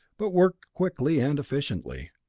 but worked quickly and efficiently.